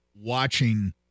watching